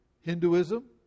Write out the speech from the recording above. Hinduism